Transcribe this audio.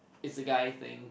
is a guy thing